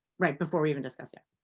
right before we even discuss it.